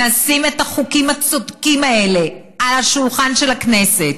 נשים את החוקים הצודקים האלה על השולחן של הכנסת,